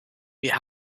wir